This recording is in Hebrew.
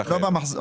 לא במחזור.